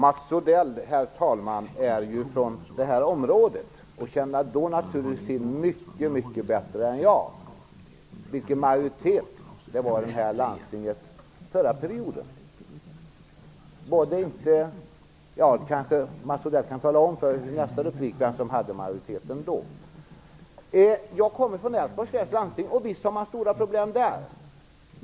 Herr talman! Mats Odell är från detta område och känner naturligtvis till mycket bättre än jag vilken majoritet det var i Stockholms läns landsting förra perioden. Mats Odell kanske kan tala om i nästa replik vem som hade majoriteten då. Jag kommer från Älvsborgs län. Vi har samma stora problem i landstinget där.